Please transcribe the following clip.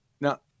Now